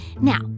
Now